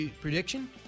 Prediction